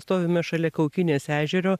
stovime šalia kaukinės ežero